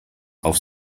auf